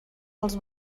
els